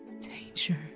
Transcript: Danger